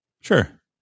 Sure